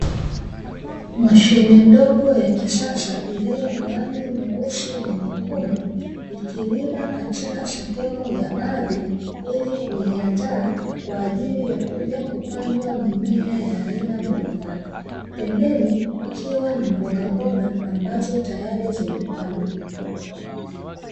Mashine ndogo ya kisasa iliyo na rangi nyeusi na nyekundu ikilima katika sehemu ya ardhi ili kuiandaa kwa ajili ya kuja kupanda mimea ya aina mbalimbali, pembeni kukiwa na mbogamboga ambazo tayari zimepandwa.